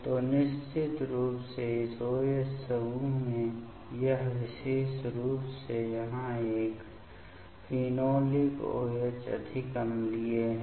तो निश्चित रूप से इस ओएच समूह में यह विशेष रूप से यहां यह फेनोलिक ओएच अधिक अम्लीय है